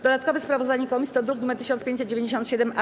Dodatkowe sprawozdanie komisji to druk nr 1597-A.